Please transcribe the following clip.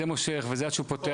זה מושך וזה עד שהוא פותח,